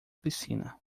piscina